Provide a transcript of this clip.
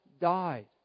died